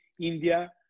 india